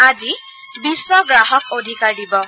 আজি বিশ্ব গ্ৰাহক অধিকাৰ দিৱস